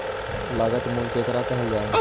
लागत मूल्य केकरा कहल जा हइ?